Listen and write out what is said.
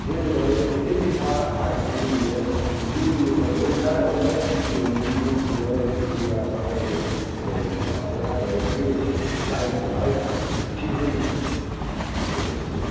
दे दे गाने जेह्के एह् बी सारा हर चीज जेह्की ऐ यू ट्यूब उप्पर बी ऐ ज्यादा ज्यादा जेह्की यू ट्यूब ऐ इसी अस थोह्ड़ा जेहा अपने स्हाबै ठीक लाइक लाइक करने आं ठीक समझने आं ते